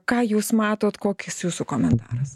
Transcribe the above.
ką jūs matot kokis jūsų komentaras